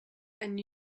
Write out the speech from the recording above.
and